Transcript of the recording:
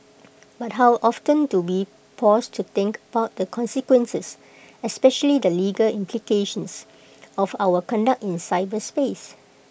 but how often do we pause to think about the consequences especially the legal implications of our conduct in cyberspace